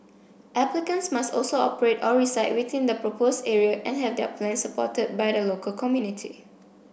applicants must also operate or reside within the proposed area and have their plans supported by the local community